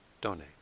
donate